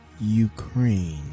Ukraine